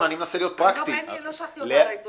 אני צריך להגיש את זה לא רק חשבונית,